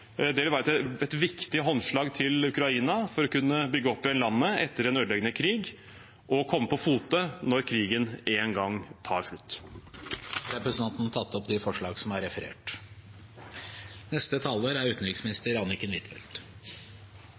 Det vil være et viktig håndslag til Ukraina for å kunne bygge opp igjen landet etter en ødeleggende krig og komme på fote når krigen en gang tar slutt. Da har representanten Bjørnar Moxnes tatt opp de forslagene han refererte til. Jeg er